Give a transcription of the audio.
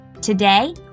Today